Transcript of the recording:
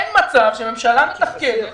אין מצב שממשלה מתפקדת